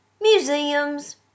museums